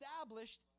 established